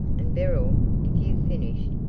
and, beryl, if you've finished,